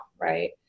right